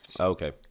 Okay